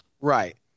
Right